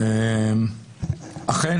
אכן,